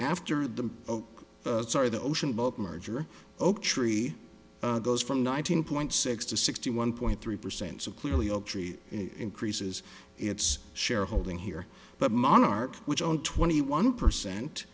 after the oh sorry the ocean both merger oaktree goes from nineteen point six to sixty one point three percent so clearly oaktree increases its shareholding here but monarch which on twenty one percent